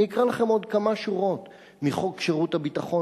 אני אקרא לכם עוד כמה שורות מחוק שירות הביטחון,